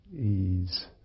ease